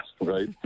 right